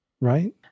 right